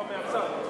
לא, מהצד.